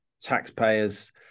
taxpayers